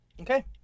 Okay